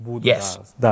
Yes